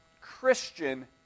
Christian